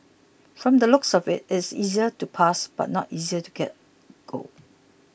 from the looks of it it is easier to pass but not easier to get gold